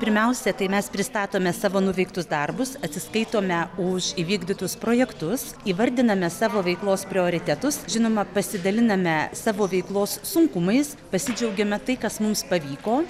pirmiausia tai mes pristatome savo nuveiktus darbus atsiskaitome už įvykdytus projektus įvardiname savo veiklos prioritetus žinoma pasidaliname savo veiklos sunkumais pasidžiaugiame tai kas mums pavyko